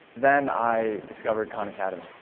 then i discovered khan academy,